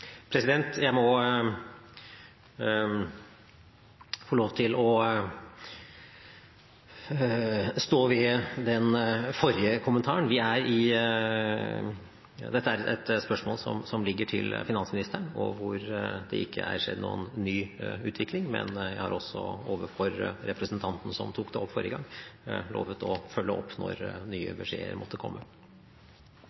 kapitlet. Jeg må få lov til å stå ved den forrige kommentaren. Dette er et spørsmål som ligger til finansministeren, og hvor det ikke har skjedd noen ny utvikling. Men jeg har også overfor representanten som tok det opp forrige gang, lovet å følge opp når nye